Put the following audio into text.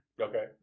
Okay